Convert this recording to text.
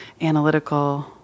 analytical